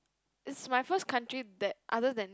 is my first country that other than